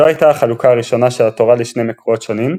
זו הייתה החלוקה הראשונה של התורה לשני מקורות שונים,